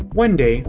one day,